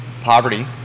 poverty